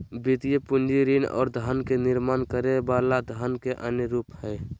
वित्तीय पूंजी ऋण आर धन के निर्माण करे वला धन के अन्य रूप हय